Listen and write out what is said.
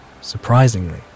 Surprisingly